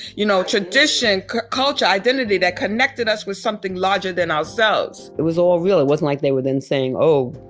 you know, tradition, culture, identity that connected us with something larger than ourselves it was all real. it wasn't like they were then saying, oh,